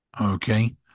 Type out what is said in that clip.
okay